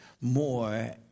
more